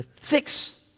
Six